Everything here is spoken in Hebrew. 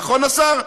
נכון, השר?